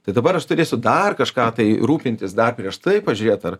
tai dabar aš turėsiu dar kažką tai rūpintis dar prieš tai pažiūrėt ar